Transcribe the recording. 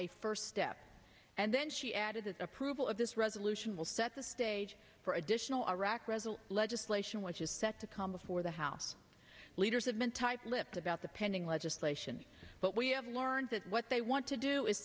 a first step and then she added it's approval of this resolution will set the stage for additional iraq resolute legislation which is set to come before the house leaders have been tight lipped about the pending legislation but we have learned that what they want to do is